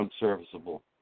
unserviceable